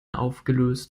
aufgelöst